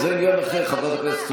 זה עניין אחר, חברת הכנסת סטרוק.